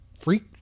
Freak